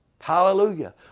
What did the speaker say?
Hallelujah